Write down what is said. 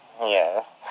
Yes